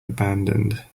abandoned